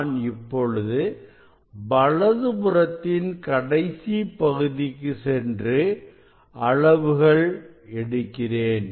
நான் இப்பொழுது வலதுபுறத்தின் கடைசி பகுதிக்கு சென்று அளவுகள் எடுக்கிறேன்